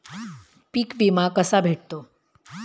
पीक विमा कसा भेटतो?